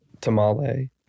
tamale